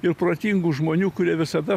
ir protingų žmonių kurie visada